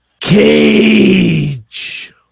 cage